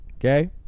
Okay